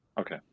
Okay